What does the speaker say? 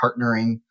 partnering